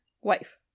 wife